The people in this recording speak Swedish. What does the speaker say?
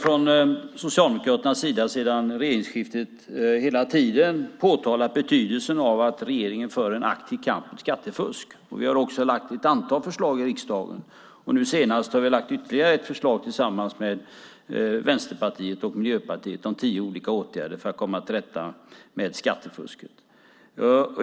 Herr talman! Vi har från Socialdemokraternas sida sedan regeringsskiftet hela tiden påtalat betydelsen av att regeringen för en aktiv kamp mot skattefusk. Vi har också lagt fram ett antal förslag i riksdagen. Nu senast lade vi fram ytterligare ett förslag tillsammans med Vänsterpartiet och Miljöpartiet med tio olika åtgärder för att komma till rätta med skattefusket.